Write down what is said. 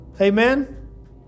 Amen